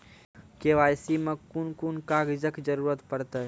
KYC मे कून कून कागजक जरूरत परतै?